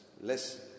less